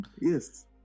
yes